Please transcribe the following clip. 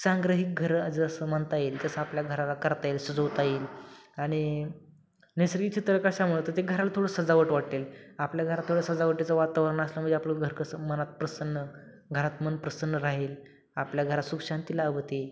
संग्रही घरं जसं म्हणता येईल तसं आपल्या घराला करता येईल सजवता येईल आणि नैसर्गिक चित्र कशामुळं ते घराला थोडं सजावट वाटेल आपल्या घरात थोडं सजावटीचं वातावरण असल्यामुळे आपलं घर कसं मनात प्रसन्न घरात मन प्रसन्न राहील आपल्या घरात सुखशांती लाभूदे